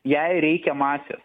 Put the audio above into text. jei reikia masės